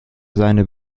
seine